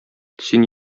син